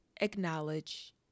acknowledge